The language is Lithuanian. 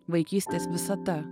vaikystės visata